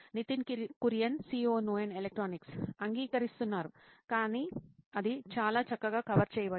Nitin Kurian COO నోయిన్ electronics అంగీకరిస్తున్నారు కానీ అది చాలా చక్కగా కవర్ చేయబడింది